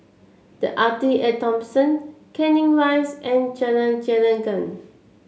The Arte At Thomson Canning Rise and Jalan Gelenggang